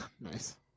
Nice